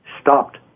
stopped